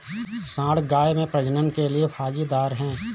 सांड गाय में प्रजनन के लिए भागीदार है